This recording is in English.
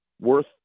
worth